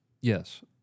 Yes